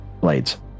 blades